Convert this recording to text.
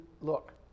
Look